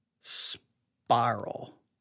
spiral